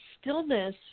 stillness